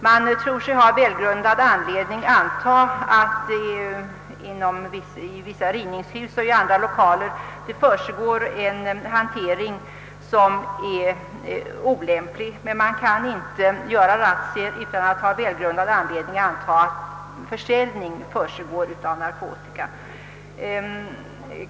Polisen anser sig ha välgrundad anledning anta att det i en del rivningshus och andra lokaliteter försiggår en mycket olämplig hantering, men polisen kan inte göra några razzior utan starka misstankar om att narkotikaförsäljning försiggår där.